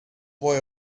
boy